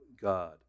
God